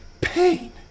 pain